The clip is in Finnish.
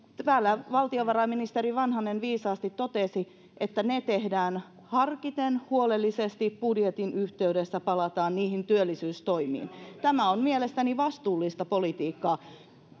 täällä valtiovarainministeri vanhanen viisaasti totesi että ne tehdään harkiten huolellisesti ja budjetin yhteydessä palataan niihin työllisyystoimiin tämä on mielestäni vastuullista politiikkaa